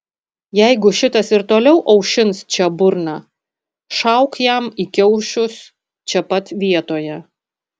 jeigu šitas ir toliau aušins čia burną šauk jam į kiaušius čia pat vietoje